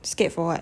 scared for what